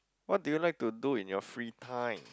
what do you like to do in your free time